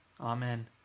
Amen